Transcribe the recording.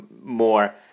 more